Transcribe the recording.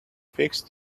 fixed